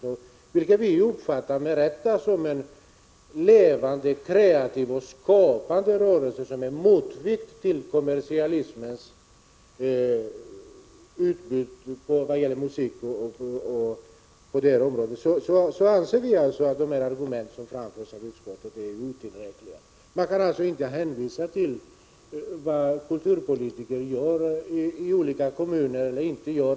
Denna verksamhet uppfattar vi med rätta som en levande och kreativ rörelse, som utgör en motvikt till kommersialismens utbud på detta område. Enligt vår åsikt är utskottets argument ohållbara. Det går inte att hänvisa till vad kommunalpolitiker i olika kommuner gör eller inte gör.